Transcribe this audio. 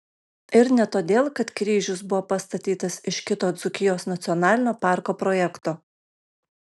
ir ne todėl kad kryžius buvo pastatytas iš kito dzūkijos nacionalinio parko projekto